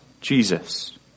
Jesus